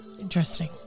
Interesting